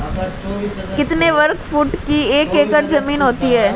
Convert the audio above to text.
कितने वर्ग फुट की एक एकड़ ज़मीन होती है?